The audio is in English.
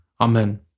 Amen